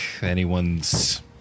anyone's